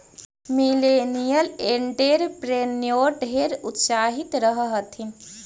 millennial entrepreneur ढेर उत्साहित रह हथिन